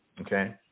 Okay